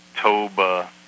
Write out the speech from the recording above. Toba